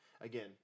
Again